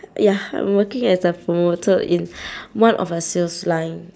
ya I'm working as a promoter in one of a sales line